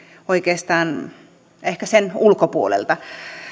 oikeastaan ehkä sen ulkopuolelta